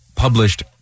published